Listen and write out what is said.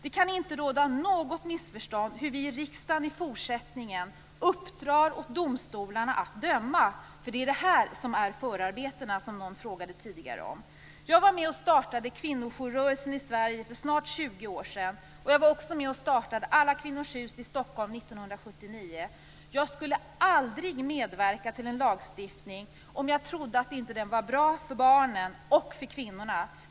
Det kan inte råda något missförstånd om hur vi i riksdagen i fortsättningen uppdrar åt domstolarna att döma. Det är det här som är förarbetena, som någon frågade om tidigare. Jag var med och startade kvinnojourrörelsen i Sverige för snart 20 år sedan. Jag var också med och startade Alla Kvinnors Hus i Stockholm 1979. Jag skulle aldrig medverka till en lagstiftning om jag trodde att den inte var bra för barnen och för kvinnorna.